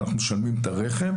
ואנחנו משלמים על הרכב,